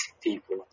people